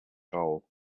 hole